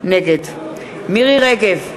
נגד מירי רגב,